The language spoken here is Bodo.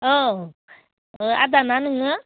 औ अह आदा ना नोङो